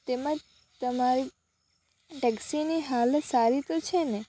તેમાં તમારી ટેક્સીની હાલત સારી તો છે ને